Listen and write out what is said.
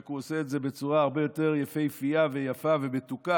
רק שהוא עושה את זה בצורה הרבה יותר יפהפייה ויפה ומתוקה,